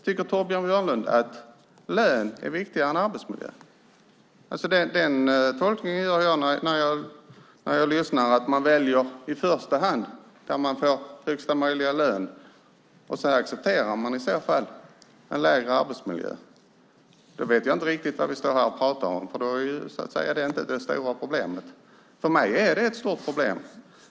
Tycker Torbjörn Björlund att lön är viktigare än arbetsmiljö? Den tolkningen gör jag när jag lyssnar, nämligen att man i första hand väljer det jobb där man får högsta möjliga lön, och så accepterar man i så fall en sämre arbetsmiljö. Då vet jag inte riktigt vad vi står här och pratar om, för då är arbetsmiljön inte det stora problemet. För mig är det ett stort problem.